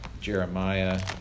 Jeremiah